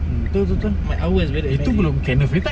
mm tul tul tul itu belum kenneth free time